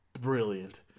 brilliant